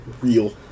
real